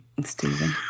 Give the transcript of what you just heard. Stephen